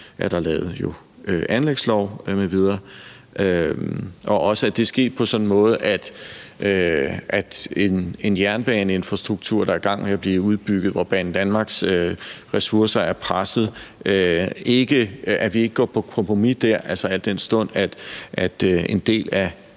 jo også lavet anlægslov m.v. – og at det er sket på en sådan måde, at vi med en jernbaneinfrastruktur, der er i gang med at blive udbygget, og hvor Banedanmarks ressourcer er pressede, ikke går på kompromis, al den stund at en del af